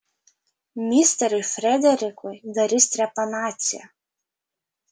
misteriui frederikui darys trepanaciją